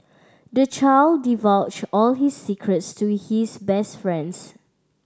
the child divulged all his secrets to his best friend